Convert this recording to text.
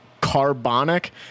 carbonic